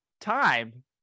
time